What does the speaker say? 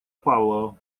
павлова